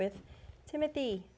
with timothy